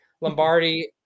Lombardi